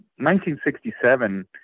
1967